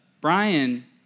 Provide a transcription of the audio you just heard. Brian